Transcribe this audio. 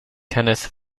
kenneth